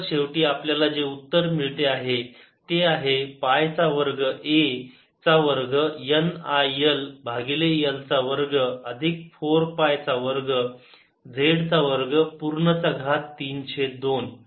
तर शेवटी आपल्याला जे उत्तर मिळते ते आहे पायचा वर्ग a चा वर्ग N I L भागिले L चा वर्ग अधिक 4 पाय चा वर्ग z चा वर्ग पूर्ण चा घात 3 छेद 2